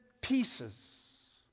pieces